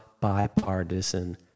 bipartisan